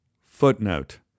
Footnote